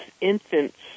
infants